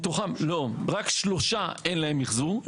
מתוכם, לא, רק שלושה אין להם מחזור.